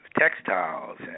textiles